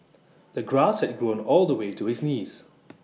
the grass had grown all the way to his knees